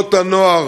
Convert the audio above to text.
תנועות הנוער,